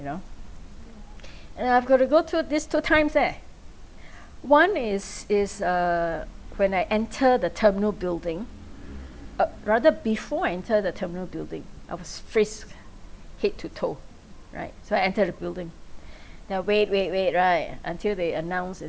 you know and I've got to go through this two times eh one is is uh when I enter the terminal building ugh rather before I enter the terminal building I was frisked head to toe right so I entered the building then I wait wait wait right until they announced it's